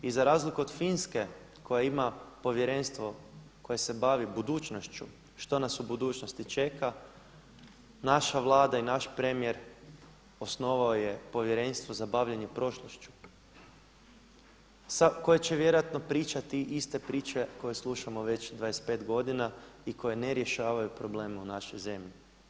I za razliku od Finske koja ima povjerenstvo koje se bavi budućnošću što nas u budućnosti čeka naša Vlada i naš premijer osnovao je povjerenstvo za bavljenje prošlošću koje će vjerojatno pričati iste priče koje slušamo već 25 godina i koje ne rješavaju probleme u našoj zemlji.